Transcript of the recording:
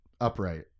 upright